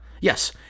Yes